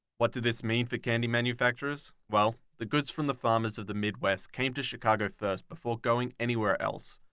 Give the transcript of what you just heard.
what did this mean for candy manufactures, well, the goods from the farmers of the midwest came to chicago first before going anywhere else.